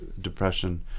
depression